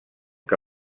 que